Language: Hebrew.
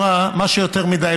אמרה: מה שיותר מדי,